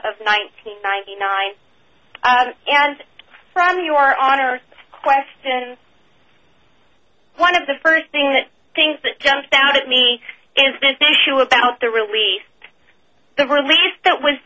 hundred ninety nine and from your honor question one of the first thing that things that jumped out at me is business you about the release the release that was